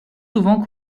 souvent